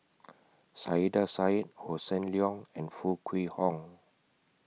Saiedah Said Hossan Leong and Foo Kwee Horng